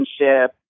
relationship